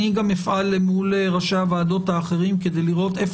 אני גם אפעל למול ראשי הוועדות האחרים כדי לראות איפה